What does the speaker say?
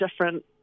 different